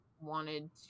wanted